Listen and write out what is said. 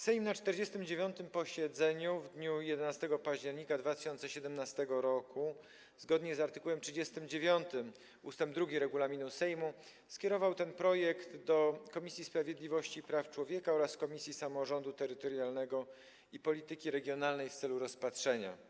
Sejm na 49. posiedzeniu w dniu 11 października 2017 r. zgodnie z art. 39 ust. 2 regulaminu Sejmu skierował ten projekt do Komisji Sprawiedliwości i Praw Człowieka oraz Komisji Samorządu Terytorialnego i Polityki Regionalnej w celu rozpatrzenia.